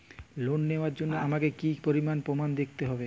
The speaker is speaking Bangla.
লোন নেওয়ার জন্য আমাকে কী কী প্রমাণ দেখতে হবে?